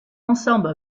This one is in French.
ensemble